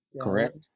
correct